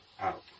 out